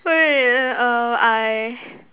wait err I